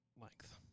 length